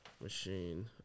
machine